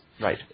Right